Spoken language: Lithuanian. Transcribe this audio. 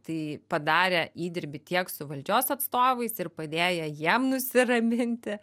tai padarę įdirbį tiek su valdžios atstovais ir padėję jiem nusiraminti